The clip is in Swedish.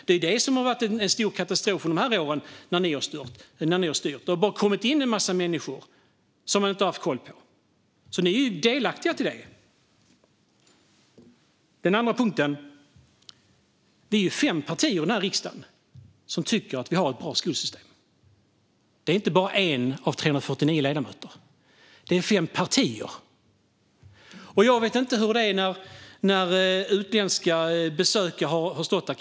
Det är detta som har varit en stor katastrof under de år då ni har styrt. Det har bara kommit in en massa människor som man inte har haft koll på. Ni är delaktiga i det. Sedan är det den andra punkten. Det är fem partier i denna riksdag som tycker att vi har ett bra skolsystem. Det är inte bara 1 av 349 ledamöter. Det är fem partier. Jag vet inte hur det har varit när utländska besökare har stått här.